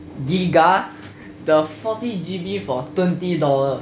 giga the forty G_B for twenty dollar